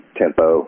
tempo